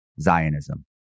Zionism